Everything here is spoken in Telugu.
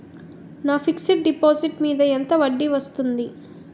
నా ఫిక్సడ్ డిపాజిట్ మీద ఎంత వడ్డీ వస్తుంది?